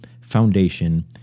foundation